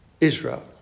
Israel